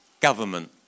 government